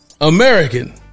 American